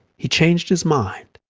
he changed his mind.